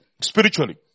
spiritually